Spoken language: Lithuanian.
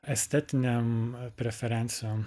estetinėm preferencijoms